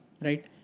Right